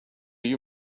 you